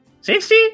sixty